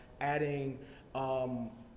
adding